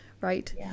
right